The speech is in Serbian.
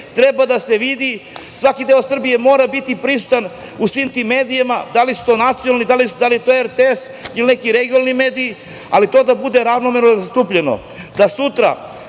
treba da se vidi, svaki deo Srbije mora biti prisutan u svim tim medijima, da li su to nacionalni, da li je to RTS ili neki regionalni medij, ali to da bude ravnomerno zastupljeno, da sutra